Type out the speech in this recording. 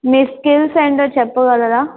మీ skills ఏమిటో చెప్పగలరాా